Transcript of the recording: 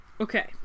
Okay